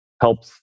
helps